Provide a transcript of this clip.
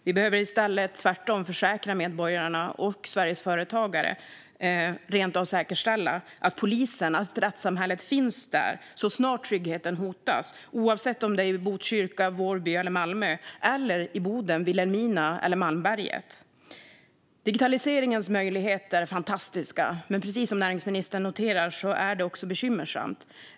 Vi behöver tvärtom försäkra, rent av säkerställa för, medborgarna och Sveriges företagare att polisen och rättssamhället finns där så snart tryggheten hotas, oavsett om det är i Botkyrka, Vårby eller Malmö eller i Boden, Vilhelmina eller Malmberget. Digitaliseringens möjligheter är fantastiska. Men precis som näringsministern noterar är det också bekymmersamt.